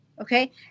Okay